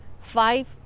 Five